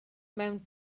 mewn